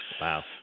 wow